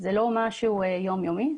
זה לא משהו יום-יומי,